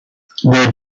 they